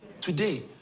Today